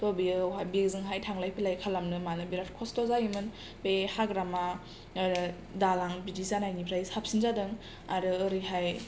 थ' बेयावहाय बेजोंहाय थांलाय फैलाय खालामनो मानो बिराथ खस्त' जायोमोन बे हाग्रामा दालां बिदि जानायनिफ्राय साबसिन जादों आरो ओरैहाय